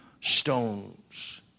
stones